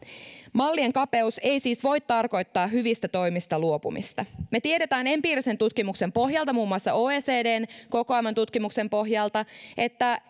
mallien kapeus ei siis voi tarkoittaa hyvistä toimista luopumista me tiedämme empiirisen tutkimuksen pohjalta muun muassa oecdn kokoaman tutkimuksen pohjalta että